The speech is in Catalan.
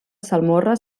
salmorra